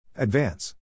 Advance